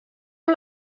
amb